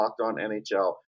LOCKEDONNHL